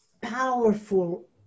powerful